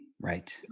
Right